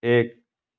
एक